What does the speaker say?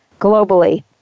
globally